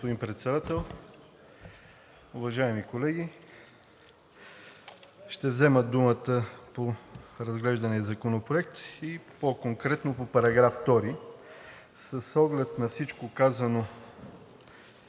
господин Председател. Уважаеми колеги, ще взема думата по разглеждания Законопроект и по-конкретно по § 2. С оглед на всичко казано